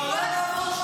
המצב פה הפוך.